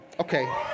Okay